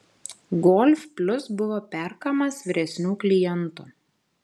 golf plius buvo perkamas vyresnių klientų